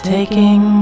Taking